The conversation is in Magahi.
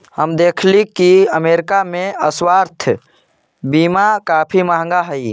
हम देखली की अमरीका में स्वास्थ्य बीमा काफी महंगा हई